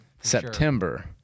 September